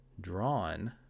drawn